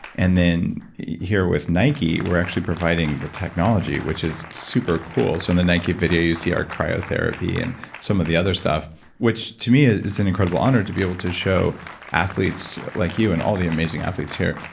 and then here with nike, we're actually providing the technology, which is super cool. so in the nike video, you see our cryotherapy and some of the other stuff which, to me, it's an incredible honor to be able to show athletes like you and all the amazing athletes here,